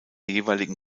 jeweiligen